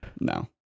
No